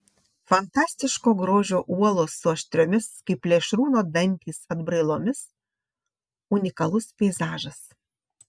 fantastiško grožio uolos su aštriomis kaip plėšrūno dantys atbrailomis unikalus peizažas